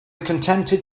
contented